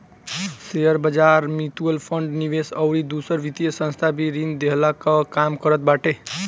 शेयरबाजार, mutual fund, निवेश अउरी दूसर वित्तीय संस्था भी ऋण देहला कअ काम करत बाटे